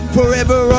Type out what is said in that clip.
Forever